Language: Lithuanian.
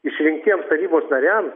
išrinktiems tarybos nariam